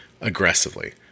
aggressively